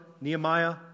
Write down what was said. Nehemiah